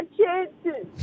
chances